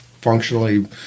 functionally